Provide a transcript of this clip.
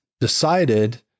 decided